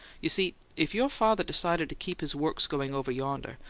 you see, if your father decided to keep his works going over yonder,